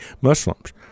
Muslims